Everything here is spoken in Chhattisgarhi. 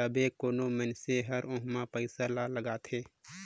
तबे कोनो मइनसे हर ओम्हां पइसा ल लगाथे